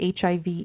HIV